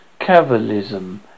Cavalism